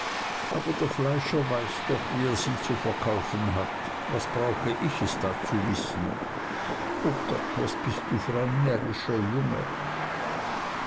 aber der fleischer weiß doch wie er sie zu verkaufen hat was brauche ich es da zu wissen o gott was bist du für ein närrischer junge